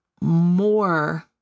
more